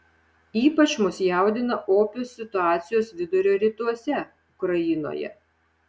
ypač mus jaudina opios situacijos vidurio rytuose ukrainoje